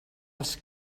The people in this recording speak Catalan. els